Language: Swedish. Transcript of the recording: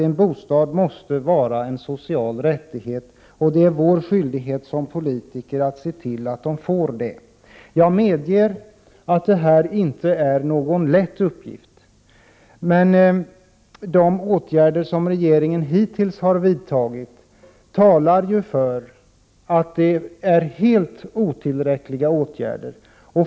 En bostad måste vara en social rättighet, och det är vår skyldighet som politiker att se till att bostadslösa människor får bostad. Jag medger att det inte är någon lätt uppgift, men resultatet av de åtgärder som regeringen hittills har vidtagit talar ju för att dessa åtgärder är helt otillräckliga.